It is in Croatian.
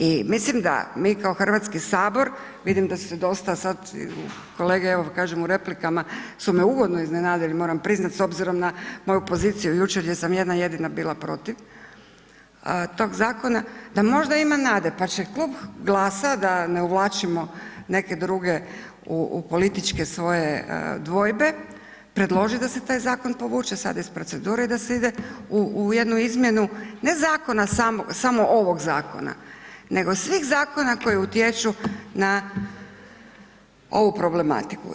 I mislim da mi kao Hrvatski sabor, vidim da su se dosta sad kolege evo kažem u replikama su me ugodno iznenadili moram priznat s obzirom na moju poziciju jučer, gdje sam jedna jedina bila protiv tog zakona, da možda ima nade, pa će Klub GLAS-a da ne uvlačimo neke druge u političke svoje dvojbe, predložiti da se taj zakon povuče sad iz procedure i da se ide u jednu izmjenu ne zakona, samo ovog zakona, nego svih zakona koji utječu na ovu problematiku.